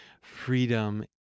Freedom